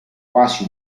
quasi